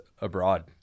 abroad